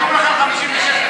לסעיף 15,